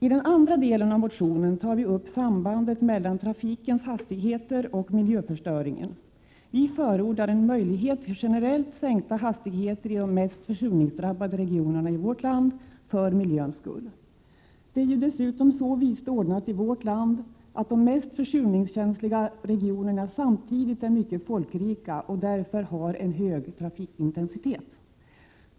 I den andra delen av motionen tar vi upp sambandet mellan hastigheterna i trafiken och miljöförstöringen. Vi förordar en möjlighet till generellt sänkta hastigheter i de mest försurningsdrabbade regionerna i vårt land, för miljöns skull. Det är ju dessutom så vist ordnat i vårt land att de mest försurningskänsliga regionerna samtidigt är mycket folkrika och därför har en hög trafikintensitet.